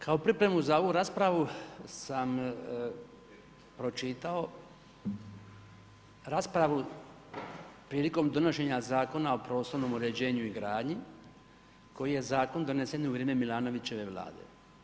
Kao pripremu za ovu raspravu sam pročitao raspravu prilikom donošenja Zakona o prostornom uređenju i gradnji koji je zakon donese u vrijeme Milanovićeve vlade.